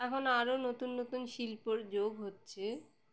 এখন আরও নতুন নতুন শিল্পর যোগ হচ্ছে